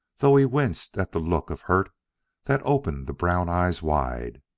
though he winced at the look of hurt that opened the brown eyes wide.